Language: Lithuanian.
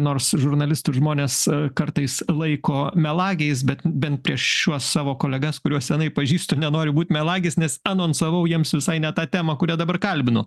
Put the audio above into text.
nors žurnalistų žmonės kartais laiko melagiais bet bent prieš šiuos savo kolegas kuriuos senai pažįstu nenoriu būt melagis nes anonsavau jiems visai ne tą temą kuria dabar kalbinu